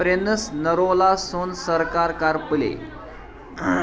prince Narula سُنٛد سرکار کَر پُلے